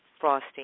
frosting